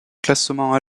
classement